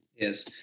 yes